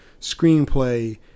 screenplay